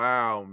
Wow